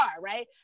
right